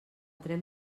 tren